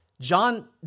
John